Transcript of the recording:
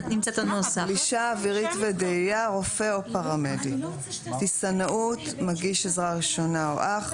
גלישה אווירית + דאייה + טיסנאות + מצנחי